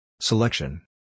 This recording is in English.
Selection